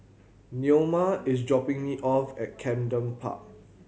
Neoma is dropping me off at Camden Park